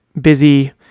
busy